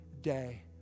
day